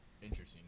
Interesting